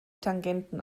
tangenten